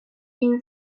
been